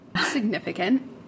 Significant